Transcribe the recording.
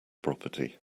property